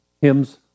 hymns